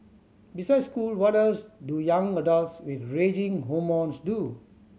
besides school what else do young adults with raging hormones do